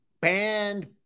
banned